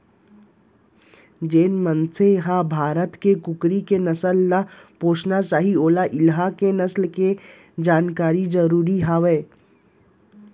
जेन मनसे ह भारत के कुकरी के नसल ल पोसना चाही वोला इहॉं के नसल के जानकारी जरूरी हे